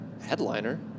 headliner